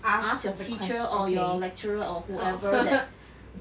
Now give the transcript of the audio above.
ask the question okay